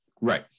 right